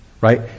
Right